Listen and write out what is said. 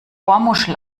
ohrmuschel